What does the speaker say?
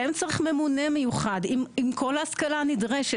ולא תמיד המנכ"ל אהב את מה שהוא החליט ולפעמים היה שיח כזה או אחר.